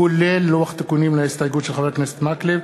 כולל לוח תיקונים להסתייגות של חבר הכנסת אורי מקלב,